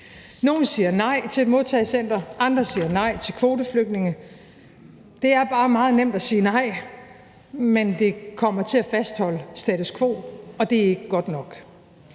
Nogle siger nej til et modtagecenter, andre siger nej til kvoteflygtninge. Det er bare meget nemt at sige nej, men det kommer til at fastholde status quo, og det er ikke godt nok.